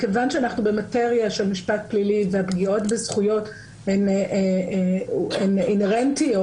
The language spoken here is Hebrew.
מכיוון שאנחנו במטריה של משפט פלילי והפגיעות בזכויות הן אינהרנטיות,